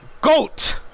GOAT